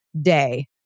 day